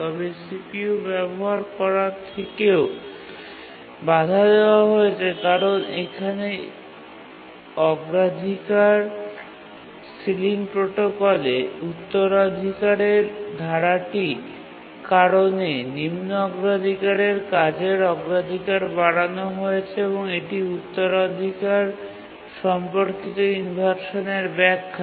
তবে CPU ব্যবহার করা থেকেও বাধা দেওয়া হয়েছে কারণ এখানে প্রাওরিটি সিলিং প্রোটোকলে উত্তরাধিকারের ধারাটির কারণে নিম্ন অগ্রাধিকারের কাজের অগ্রাধিকার বাড়ানো হয়েছে এবং এটি উত্তরাধিকার সম্পর্কিত ইনভারসানের ব্যাখ্যা